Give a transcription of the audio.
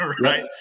right